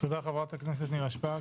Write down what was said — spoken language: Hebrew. חברת הכנסת שפק.